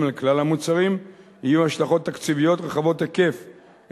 על כלל המוצרים יהיו השלכות תקציביות רחבות היקף,